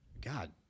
God